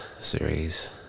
series